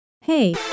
Hey